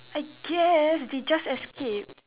I guess they just escape